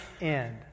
end